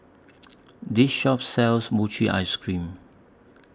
This Shop sells Mochi Ice Cream